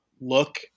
look